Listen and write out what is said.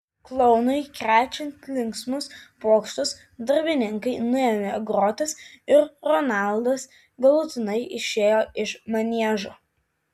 klounui krečiant linksmus pokštus darbininkai nuėmė grotas ir ronaldas galutinai išėjo iš maniežo